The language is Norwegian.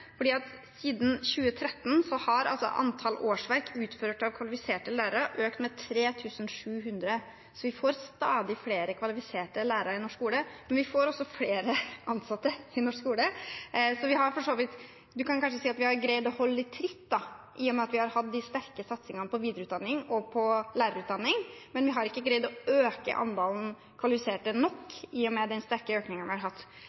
siden 2013 har antall årsverk utført av kvalifiserte lærere økt med 3 700, så vi får stadig flere kvalifiserte lærere i norsk skole. Men vi får også flere ansatte, så man kan kanskje si at vi har klart å holde tritt, i og med at vi har hatt den sterke satsingen på videreutdanning og lærerutdanning. Men vi har ikke greid å øke antallet kvalifiserte nok, i og med den sterke økningen vi har hatt.